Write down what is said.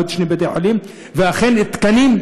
עוד שני בתי-חולים,